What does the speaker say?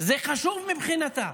זה חשוב מבחינתה.